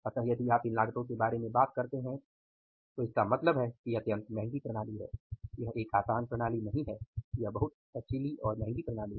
अतः यदि आप इन लागतों के बारे में बात करते हैं तो इसका मतलब है कि यह अत्यंत महंगी प्रणाली है यह एक आसान प्रणाली नहीं है यह बहुत महंगी प्रणाली है